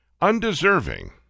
Undeserving